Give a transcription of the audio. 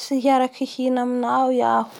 tsy hiaraky hihina aminao iaho.